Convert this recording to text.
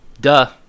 duh